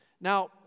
Now